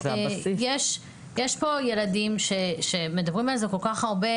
יש פה ילדים שמדברים על זה כל כך הרבה,